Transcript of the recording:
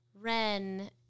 Ren